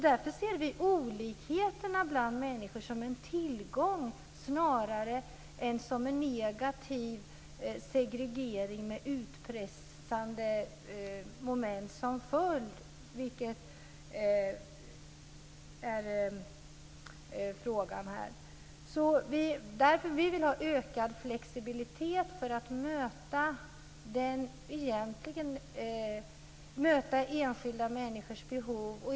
Därför ser vi olikheterna bland människor som en tillgång snarare än som en negativ segregering med utpressande moment som följd, vilket är frågan här. Vi vill ha ökad flexibilitet för att möta enskilda människors behov.